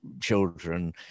children